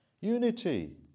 unity